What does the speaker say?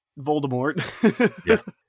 Voldemort